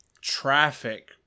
traffic